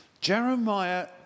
Jeremiah